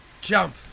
Jump